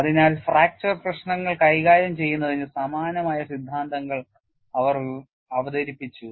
അതിനാൽ ഫ്രാക്ചർ പ്രശ്നങ്ങൾ കൈകാര്യം ചെയ്യുന്നതിന് സമാനമായ സിദ്ധാന്തങ്ങൾ അവർ അവതരിപ്പിച്ചു